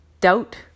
Doubt